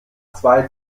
zwei